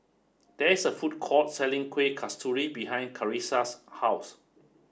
there is a food court selling Kueh Kasturi behind Carisa's house